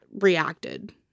reacted